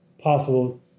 possible